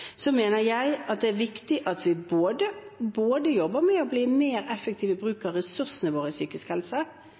Så mener jeg at det er viktig at vi jobber med å bli mer effektive i bruk av ressursene våre innen psykisk